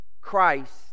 Christ